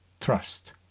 trust